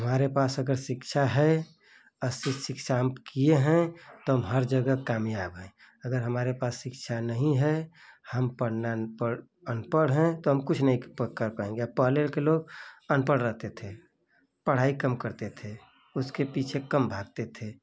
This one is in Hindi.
हमारे पास अगर शिक्षा है अच्छी शिक्षा हम किए हैं तो हम हर जगह कामयाब हैं अगर हमारे पास शिक्षा नहीं है हम पढ़ना पढ़ अनपढ़ हैं तो हम कुछ नहीं कर पाएँगे पहले के लोग अनपढ़ रहते थे पढ़ाई कम करते थे उसके पीछे कम भागते थे